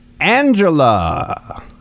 Angela